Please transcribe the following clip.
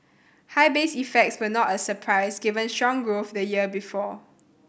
high base effects were not a surprise given strong growth the year before